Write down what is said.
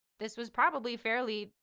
this was probably fairly,